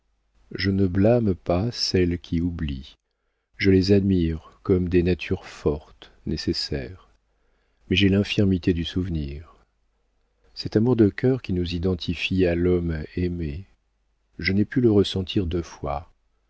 je ne blâme pas celles qui oublient je les admire comme des natures fortes nécessaires mais j'ai l'infirmité du souvenir cet amour de cœur qui nous identifie avec l'homme aimé je n'ai pu le ressentir deux fois